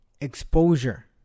exposure